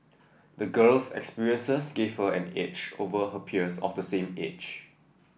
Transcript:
the girl's experiences gave her an edge over her peers of the same age